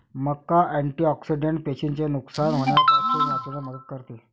मका अँटिऑक्सिडेंट पेशींचे नुकसान होण्यापासून वाचविण्यात मदत करते